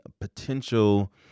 potential